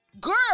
girl